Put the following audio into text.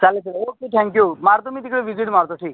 चालेल तर okay thank you मारतो मी तिकडे व्हिजीट मारतो ठीक